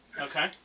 Okay